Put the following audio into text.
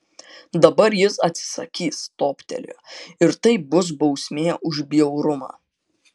dabar jis atsisakys toptelėjo ir tai bus bausmė už bjaurumą